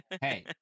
Hey